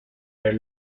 ver